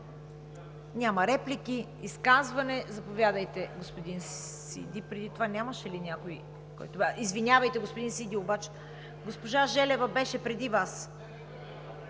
Няма реплики. Изказване? Заповядайте, господин Сиди. Извинявайте, господин Сиди, госпожа Желева беше преди Вас.